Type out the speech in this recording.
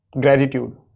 Gratitude